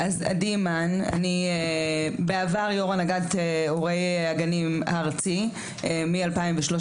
עדי מן אני בעבר יו"ר הנהגת הורי הגנים הארצי מ-2013